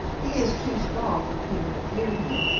he is too small for peter to fear him,